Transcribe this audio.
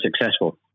successful